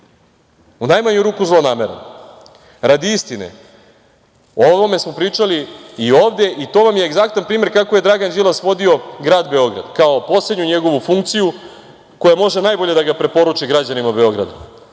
u najmanju ruku zlonameran. Radi istine, o ovome smo pričali i ovde i to vam je egzaktan primer kako je Dragan Đilas vodio grad Beograd, kao poslednju njegovu funkciju koja može najbolje da ga preporuči građanima Beograda,